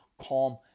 calm